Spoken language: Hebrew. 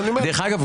דרך אגב,